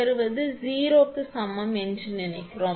க்கு சமம் என்று நினைக்கிறோம்